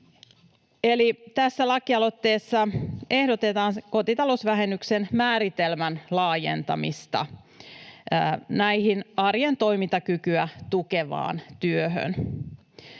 tässä lakialoitteessa ehdotetaan kotitalousvähennyksen määritelmän laajentamista tähän arjen toimintakykyä tukevaan työhön.